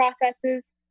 processes